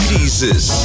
Jesus